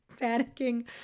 panicking